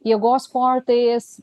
jėgos sportais